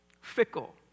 fickle